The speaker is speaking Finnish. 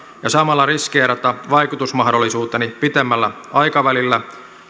ja samalla riskeerata vaikutusmahdollisuuteni pitemmällä aikavälillä